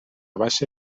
baixa